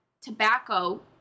tobacco